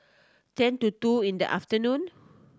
ten to two in the afternoon